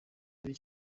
muri